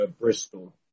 Bristol